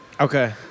Okay